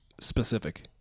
specific